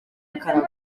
akarago